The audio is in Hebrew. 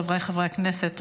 חבריי חברי הכנסת,